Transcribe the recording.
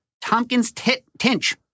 Tompkins-Tinch